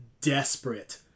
desperate